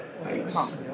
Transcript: Thanks